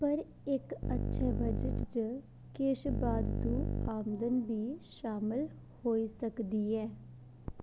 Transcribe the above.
पर इक अच्छे बजट च किश बाद्धू आमदन बी शामल होई सकदी ऐ